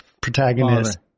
protagonist